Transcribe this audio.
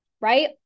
Right